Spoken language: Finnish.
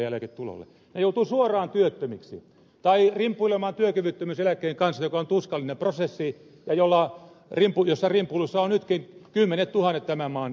he joutuvat suoraan työttömiksi tai rimpuilemaan työkyvyttömyyseläkkeen kanssa mikä on tuskallinen prosessi ja missä rimpuilussa ovat nytkin kymmenettuhannet tämän maan työntekijät